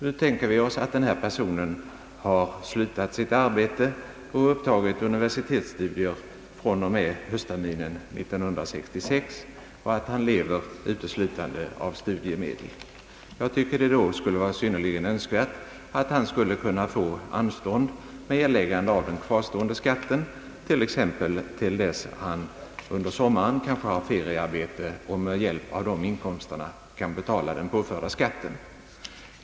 Vi tänker oss nu att denne person har upphört med sitt arbete och upptagit universitetsstudier fr.o.m. höstterminen 1966 och att vederbörande lever uteslutande av studiemedel. Jag tycker att det i detta fall skulle vara synnerligen önskvärt att personen i fråga kunde få anstånd med erläggande av den kvarstående skatten t.ex. till dess att han under sommaren kanske tar ett feriearbete och med hjälp av inkomster härav kan betala den påförda skatten.